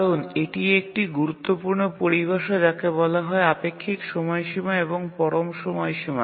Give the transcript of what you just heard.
কারণ এটি একটি গুরুত্বপূর্ণ পরিভাষা যাকে বলা হয় আপেক্ষিক সময়সীমা এবং পরম সময়সীমা